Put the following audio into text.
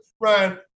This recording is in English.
Ryan